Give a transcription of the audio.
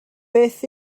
beth